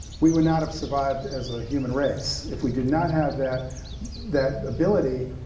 we would not have survived as a human race. if we did not have that that ability,